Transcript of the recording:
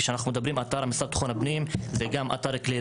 כשאנחנו מדברים על האתר למשרד לביטחון הפנים זה גם אתר כלי